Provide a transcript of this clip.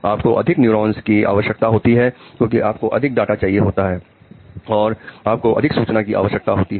आपको अधिक न्यूरॉन्स की आवश्यकता होती है क्योंकि आपको अधिक डाटा चाहिए होता है और आपको अधिक सूचना की आवश्यकता होती है